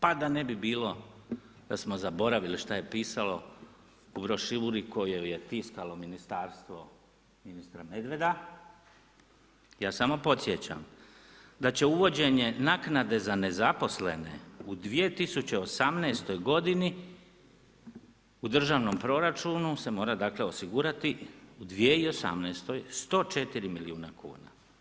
Pa da ne bi bilo da smo zaboravili što je pisalo u brošuri koju je tiskalo Ministarstvo ministra Medveda, ja samo podsjećam da će uvođenje naknade za nezaposlene u 2018. godini u državnom proračunu se mora dakle osigurati u 2018. 104 milijuna kuna.